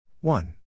One